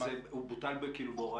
הוא בוטל בהוראת שעה?